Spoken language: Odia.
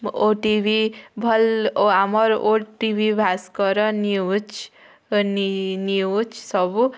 ଓଟିଭି ଭଲ୍ ଓ ଆମର୍ ଓଟିଭି ଭାସ୍କର୍ର ନ୍ୟୁଜ୍ ନ୍ୟୁଜ୍ ସବୁ